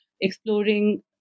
exploring